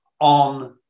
on